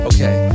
Okay